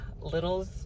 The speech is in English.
littles